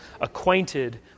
acquainted